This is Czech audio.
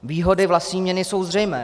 Výhody vlastní měny jsou zřejmé.